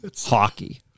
hockey